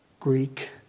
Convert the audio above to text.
Greek